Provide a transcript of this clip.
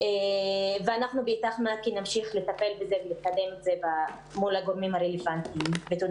המון נשים עבדו ללא תלושים וגם